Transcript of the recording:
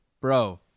Bro